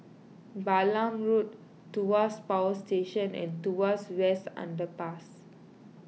Balam Road Tuas Power Station and Tuas West Underpass